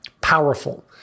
powerful